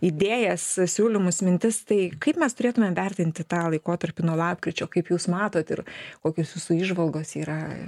idėjas siūlymus mintis tai kaip mes turėtumėm vertinti tą laikotarpį nuo lapkričio kaip jūs matot ir kokios jūsų įžvalgos yra